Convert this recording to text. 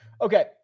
Okay